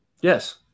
Yes